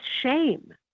shame